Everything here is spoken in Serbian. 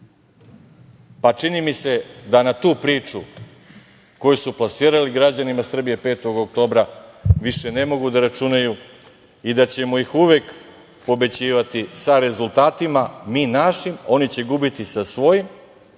mi se da na tu priču koju su plasirali građanima Srbije 5. oktobra, više ne mogu da računaju i da ćemo ih uvek pobeđivati sa rezultatima, mi našim, oni će gubiti sa svojim.